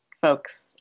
folks